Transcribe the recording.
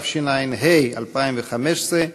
התשע"ו 2015,